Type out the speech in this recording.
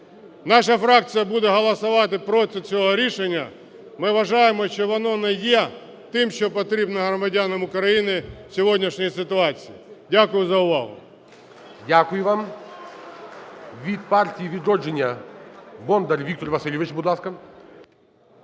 Наша фракція буде голосувати проти цього рішення. Ми вважаємо, що воно не є тим, що потрібно громадянам України в сьогоднішній ситуації. Дякую за увагу. ГОЛОВУЮЧИЙ. Дякую вам. Від "Партії "Відродження" Бондар Віктор Васильович. Будь ласка.